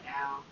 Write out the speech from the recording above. now